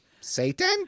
Satan